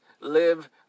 live